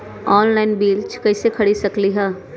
Online बीज कईसे खरीद सकली ह?